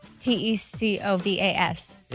T-E-C-O-V-A-S